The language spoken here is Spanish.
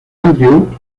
andrew